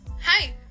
Hi